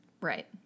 Right